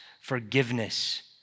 forgiveness